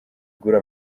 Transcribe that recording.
igura